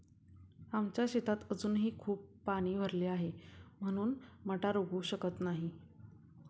आमच्या शेतात अजूनही खूप पाणी भरले आहे, म्हणून मटार उगवू शकत नाही